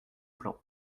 plan